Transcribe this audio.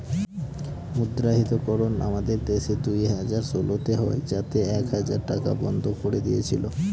মুদ্রাহিতকরণ আমাদের দেশে দুই হাজার ষোলোতে হয় যাতে এক হাজার টাকা বন্ধ করে দিয়েছিল